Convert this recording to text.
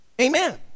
Amen